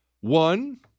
One